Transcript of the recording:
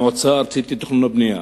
המועצה הארצית לתכנון ובנייה,